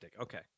Okay